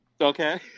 Okay